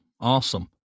Awesome